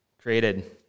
created